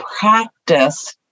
practice